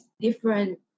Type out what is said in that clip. different